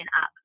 up